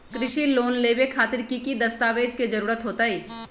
कृषि लोन लेबे खातिर की की दस्तावेज के जरूरत होतई?